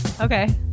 Okay